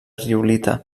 riolita